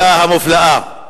השלישייה המופלאה,